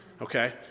Okay